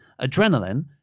Adrenaline